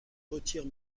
retire